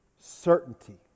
certainty